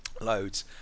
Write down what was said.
loads